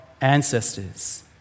ancestors